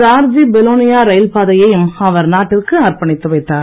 Garji Belonia rail பாதையையும் அவர் நாட்டிற்கு அர்ப்பணித்து வைத்தார்